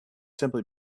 simply